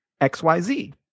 XYZ